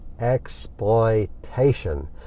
exploitation